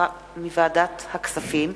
שהחזירה ועדת הכספים.